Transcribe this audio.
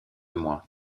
moi